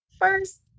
first